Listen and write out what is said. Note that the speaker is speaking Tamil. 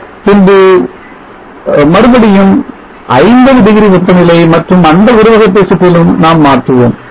மற்றும் பின்பு மறுபடியும் 50 டிகிரி வெப்பநிலை மற்றும் அந்த உருவகத்தை சுற்றிலும் நாம் மாற்றுவோம்